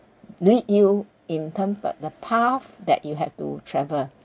lead you in terms of the path that you had to travel